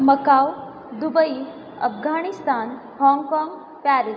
Macao Dubai Afghanistan Hong Kong Paris